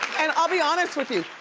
and i'll be honest with you.